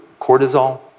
cortisol